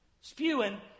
Spewing